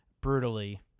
brutally